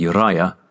Uriah